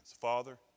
Father